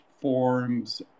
forms